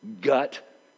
gut